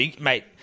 mate